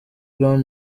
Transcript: brown